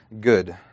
good